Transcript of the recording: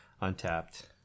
untapped